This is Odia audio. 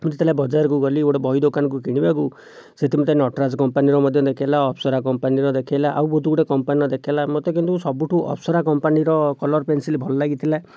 ମୁଁ ଯେତେବେଳେ ବଜାରକୁ ଗଲି ଗୋଟେ ବହି ଦୋକାନକୁ କିଣିବାକୁ ସେ ତିନିଟା ନଟରାଜ କମ୍ପାନୀର ମଧ୍ୟ ଦେଖାଇଲା ଅପସରା କମ୍ପାନୀର ଦେଖାଇଲା ଆଉ ବହୁତ ଗୁଡ଼ିଏ କମ୍ପାନୀର ଦେଖାଇଲା ମୋତେ କିନ୍ତୁ ସବୁଠୁ ଅପସରା କମ୍ପାନୀର କଲର୍ ପେନ୍ସିଲ୍ ଭଲ ଲାଗିଥିଲା